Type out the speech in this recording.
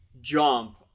jump